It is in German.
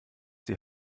die